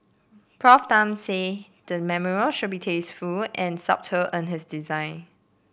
Prof Tan said the memorial should be tasteful and subtle in its design